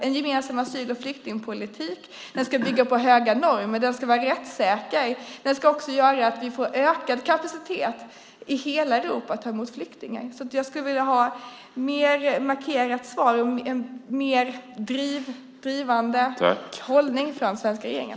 En gemensam asyl och flyktingpolitik ska bygga på höga normer och vara rättssäker. Den ska också göra att vi får ökad kapacitet i hela Europa att ta emot flyktingar. Jag skulle vilja ha ett mer markerat svar och en mer drivande hållning från den svenska regeringen.